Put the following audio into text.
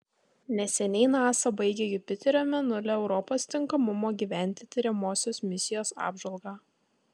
neseniai nasa baigė jupiterio mėnulio europos tinkamumo gyventi tiriamosios misijos apžvalgą